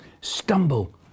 Stumble